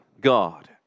God